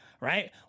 Right